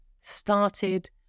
started